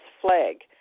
flag